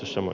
sama